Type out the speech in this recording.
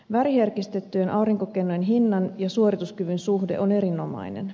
väriherkistettyjen aurinkokennojen hinnan ja suorituskyvyn suhde on erinomainen